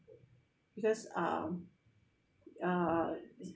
because um uh